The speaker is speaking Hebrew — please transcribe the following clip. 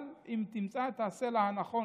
אבל אם היא תמצא את הסלע הנכון,